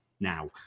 Now